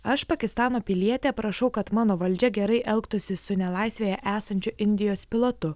aš pakistano pilietė prašau kad mano valdžia gerai elgtųsi su nelaisvėje esančiu indijos pilotu